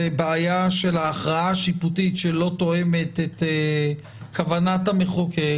הבעיה של ההכרעה השיפוטית שלא תואמת את כוונת המחוקק,